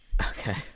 Okay